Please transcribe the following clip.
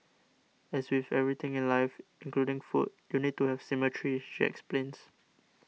as with everything in life including food you need to have symmetry she explains